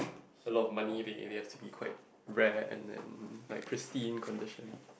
a lot of money they have to be quite rare and then like crispy in condition